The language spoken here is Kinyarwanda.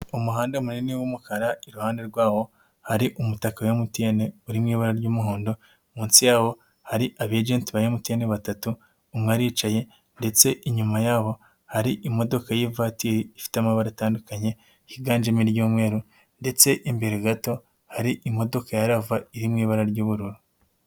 Umuhanda munini w'umukara, iruhande rwawo hari umutaka wa MTN, uri mu ibara ry'umuhondo, munsi yawo hari aba agenti ba MTN batatu umwe aricaye, ndetse inyuma yaho hari imodoka y'ivatiri ifite amabara atandukanye higanjemo iry'umweru, ndetse imbere gato hari imodoka ya rava iri mu ibara ry'ubururu.